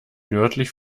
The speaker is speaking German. nördlich